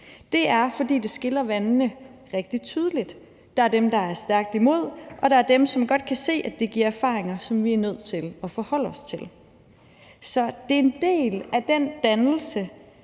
Det er, fordi det skiller vandene rigtig tydeligt. Der er dem, der er stærkt imod, og der er dem, som godt kan se, at det giver erfaringer, som vi er nødt til at forholde os til. Så det er en del af den dannelse,